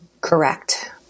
Correct